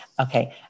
Okay